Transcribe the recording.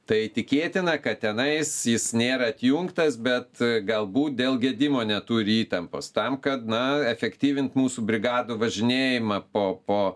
tai tikėtina kad tenais jis nėra atjungtas bet galbūt dėl gedimo neturi įtampos tam kad na efektyvint mūsų brigadų važinėjimą po po